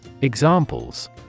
Examples